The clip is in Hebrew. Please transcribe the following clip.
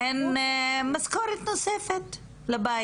הן משכורת נוספת לבית.